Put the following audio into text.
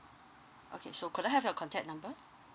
okay so could I have your contact number